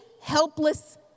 helpless